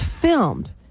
filmed